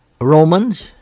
Romans